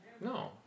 No